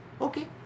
Okay